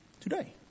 today